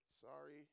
Sorry